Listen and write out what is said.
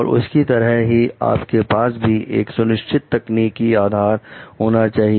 तो उनकी तरह ही आपके पास भी एक सुनिश्चित तकनीकी आधार होना चाहिए